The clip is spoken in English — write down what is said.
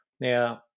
Now